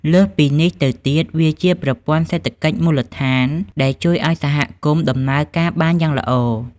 លើសពីនេះទៅទៀត វាជាប្រព័ន្ធសេដ្ឋកិច្ចមូលដ្ឋានដែលជួយឱ្យសហគមន៍ដំណើរការបានយ៉ាងល្អ។